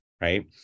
right